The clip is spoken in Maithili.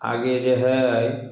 आगे जे हइ